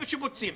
ושיבוצים.